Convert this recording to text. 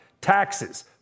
taxes